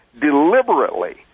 deliberately